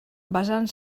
basant